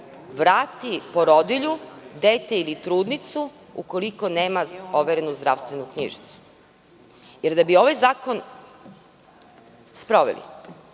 vrati porodilju, dete ili trudnicu ukoliko nema overenu zdravstvenu knjižicu. Da bi ovaj zakon sproveli,